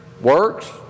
works